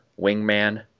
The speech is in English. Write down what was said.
Wingman